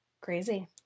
Crazy